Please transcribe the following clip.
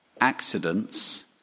accidents